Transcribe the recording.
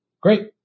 Great